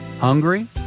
Hungry